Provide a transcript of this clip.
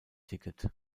ticket